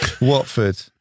Watford